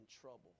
trouble